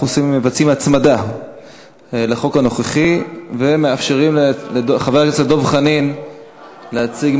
אנחנו מבצעים הצמדה לחוק הנוכחי ומאפשרים לחבר הכנסת דב חנין להציג,